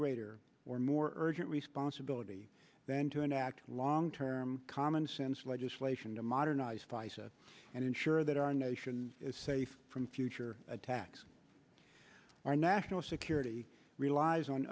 greater or more urgent responsibility then to enact long term commonsense legislation to modernize fice and ensure that our nation is safe from future attacks our national security relies on